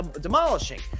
demolishing